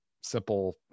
simple